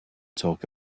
talk